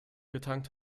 getankt